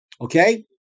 Okay